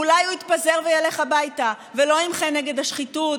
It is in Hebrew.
אולי הוא יתפזר וילך הביתה ולא ימחה נגד השחיתות,